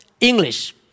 English